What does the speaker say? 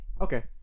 Okay